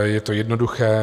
Je to jednoduché.